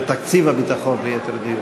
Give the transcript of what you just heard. בתקציב הביטחון, ליתר דיוק.